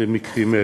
במקרים אלו.